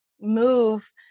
move